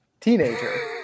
teenager